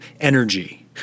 energy